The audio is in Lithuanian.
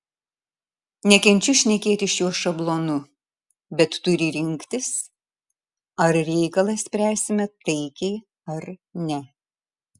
nekenčiu šnekėti šiuo šablonu bet turi rinktis ar reikalą spręsime taikiai ar ne